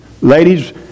Ladies